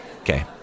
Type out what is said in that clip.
Okay